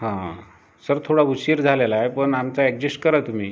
हां सर थोडा उशीर झालेला आहे पण आमचं अॅड्जेस्ट करा तुम्ही